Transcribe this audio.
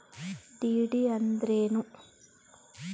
DD ಅಂದ್ರೇನು?